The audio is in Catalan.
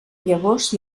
llavors